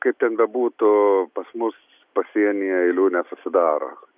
kaip ten bebūtų pas mus pasienyje eilių nesusidaro